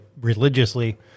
religiously